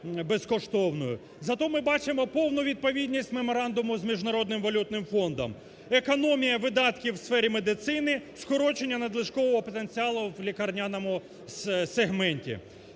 Зате ми бачимо повну відповідність меморандуму з Міжнародним валютним фондом: економія видатків у сфері медицини, скорочення надлишкового потенціалу в лікарняному сегменті.